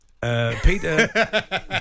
Peter